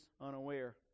unaware